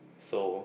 so